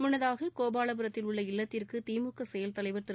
முன்னதாக கோபாலபுரத்தில் உள்ள இல்லத்திற்கு திமுக செயல் தலைவர் திரு